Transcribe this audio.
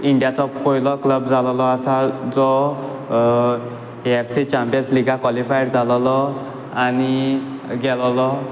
इंडियाचो पयलो क्लब जालोलो आसा जो एफसी यंगस्ट लिगाक कॉलिफाय जालोलो आनी गेलोलो